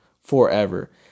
forever